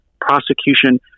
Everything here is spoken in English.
prosecution